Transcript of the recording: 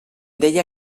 deia